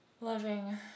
loving